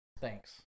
Thanks